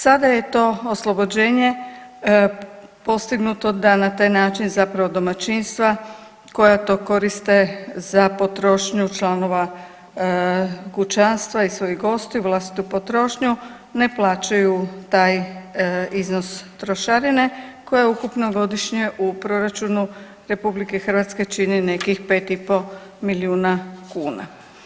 Sada je to oslobođenje postignuto da na taj način zapravo domaćinstva koja to koriste za potrošnju članova kućanstva i svojih gostiju, vlastitu potrošnju ne plaćaju taj iznos trošarine koja je ukupno godišnje u proračunu RH čini nekih pet i pol milijuna kuna.